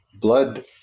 blood